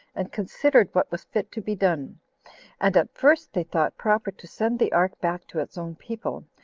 and considered what was fit to be done and at first they thought proper to send the ark back to its own people,